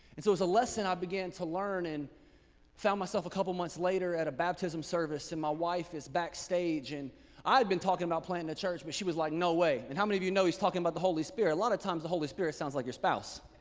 and so it's a lesson i began to learn and found myself a couple months later at a baptism service, and my wife is backstage and i had been talking about planting a church, but she was like, no way. and how many of you know he's talking about the holy spirit? a lot of times the holy spirit sounds like your spouse.